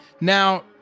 Now